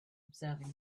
observing